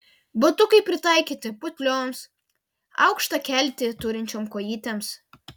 batukai pritaikyti putlioms aukštą keltį turinčioms kojytėms